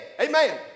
amen